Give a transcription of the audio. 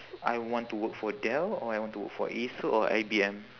I want to work for dell or I want to work for acer or I_B_M